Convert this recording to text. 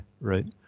right